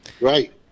Right